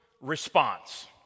response